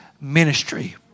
ministry